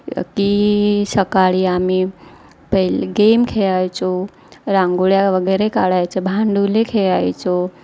की सकाळी आम्ही पहिले गेम खेळायचो रांगोळ्या वगैरे काढायचो भांडुले खेळायचो